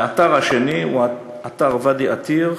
האתר השני הוא אתר ואדי-עתיר,